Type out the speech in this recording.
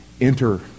enter